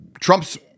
Trump's-